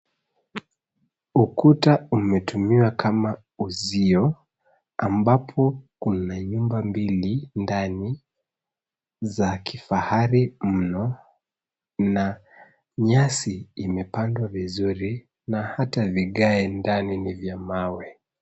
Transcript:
Ukuta umetumiwa kama uzio, ambapo kuna nyumba mbili ndani za kifahari mno na nyasi imepandwa vizuri na hata vigae ndani ni vya mawe.